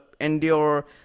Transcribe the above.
endure